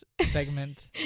segment